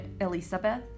Elizabeth